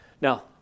Now